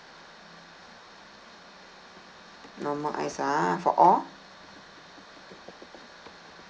normal ice ah for all